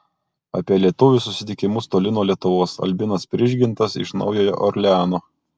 apie lietuvių susitikimus toli nuo lietuvos albinas prižgintas iš naujojo orleano